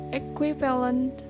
equivalent